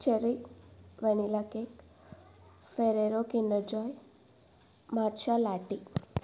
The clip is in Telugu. cherry vanilla cake Ferrero Kinder Joy మషాలాటి